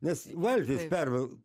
nes valtis pervel